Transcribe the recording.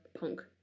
punk